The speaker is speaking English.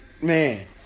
man